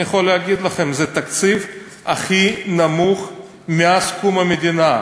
אני יכול להגיד לכם: זה התקציב הכי נמוך מאז קום המדינה,